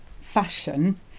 fashion